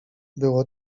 było